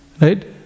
Right